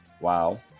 Wow